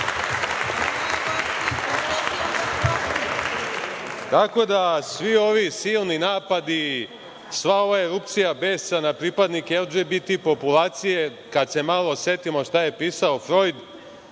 da, svi ovi silni napadi, sva ova erupcija besa na pripadnike LGBT populacije, kad se malo setimo šta je pisao Frojd,